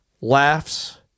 laughs